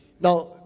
Now